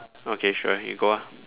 okay sure you go ah